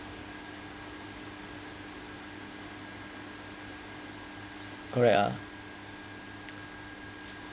correct uh